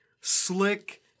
slick